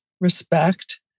respect